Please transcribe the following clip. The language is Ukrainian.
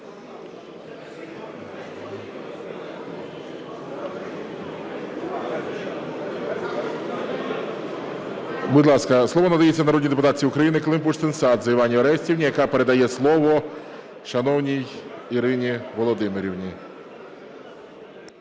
Будь ласка, слово надається народній депутатці України Климпуш-Цинцадзе Іванні Орестівні, яка передає слово шановній Ірині Володимирівні.